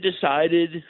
decided